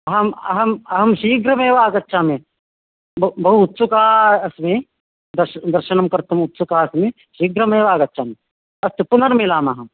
अहम् अहम् अहं शीघ्रमेव आगच्छामि ब बहु उत्सुका अस्मि दर्शनं दर्शनं कर्तुम् उत्सुका अस्मि शीघ्रमेव आगच्छामि अस्तु पुनर्मिलामः